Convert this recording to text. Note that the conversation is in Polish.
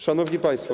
Szanowni Państwo!